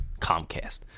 Comcast